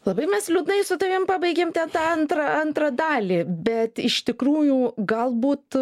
labai mes liūdnai su tavim pabaigėm ten tą antrą antrą dalį bet iš tikrųjų galbūt